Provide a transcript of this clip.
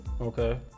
okay